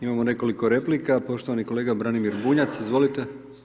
Imamo nekoliko replika, poštovani kolega Branimir Bunjac, izvolite.